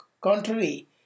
contrary